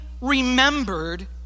remembered